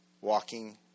Walking